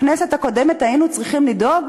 בכנסת הקודמת היינו צריכים לדאוג